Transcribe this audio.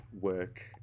work